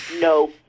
No